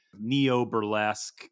neo-burlesque